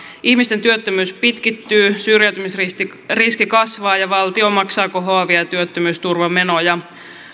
ihmisten työttömyys pitkittyy syrjäytymisriski kasvaa ja valtio maksaa kohoavia työttömyysturvamenoja